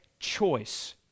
Choice